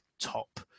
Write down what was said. top